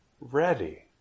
ready